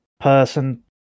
person